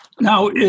Now